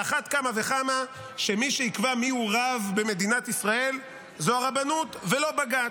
על אחת כמה וכמה שמי שיקבע מי הוא רב במדינת ישראל זו הרבנות ולא בג"ץ.